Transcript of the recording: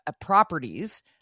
properties